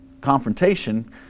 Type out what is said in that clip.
confrontation